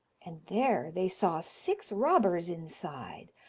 and there they saw six robbers inside,